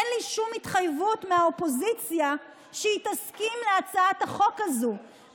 אין לי שום התחייבות מהאופוזיציה שהיא תסכים להצעת החוק הזאת,